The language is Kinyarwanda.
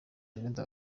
jeannette